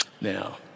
Now